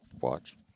watch